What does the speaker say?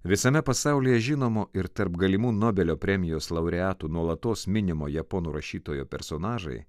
visame pasaulyje žinomo ir tarp galimų nobelio premijos laureatų nuolatos minimo japonų rašytojo personažai